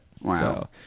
Wow